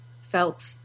felt